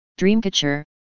Dreamcatcher